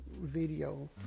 video